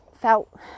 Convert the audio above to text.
felt